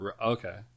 Okay